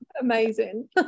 amazing